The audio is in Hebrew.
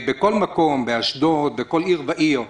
בכל מקום, באשדוד, בכל עיר ועיר.